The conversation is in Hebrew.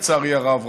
לצערי הרב,